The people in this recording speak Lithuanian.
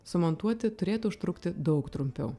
sumontuoti turėtų užtrukti daug trumpiau